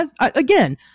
again